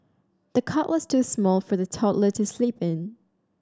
the cot was too small for the toddler to sleep in